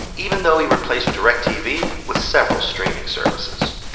even though he replaced directv with several streaming services.